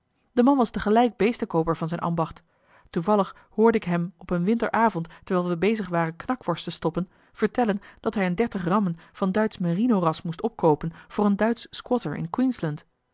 de man was tegelijk beestenkooper van zijn ambacht toevallig hoorde ik hem op een winteravond terwijl we bezig waren knak worst te stoppen vertellen dat hij een dertig rammen van duitsch merinoras moest opkoopen voor een duitschen squatter